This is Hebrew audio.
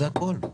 זה הכול.